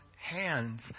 hands